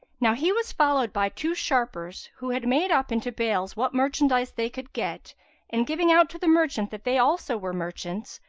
now he was followed by two sharpers, who had made up into bales what merchandise they could get and, giving out to the merchant that they also were merchants,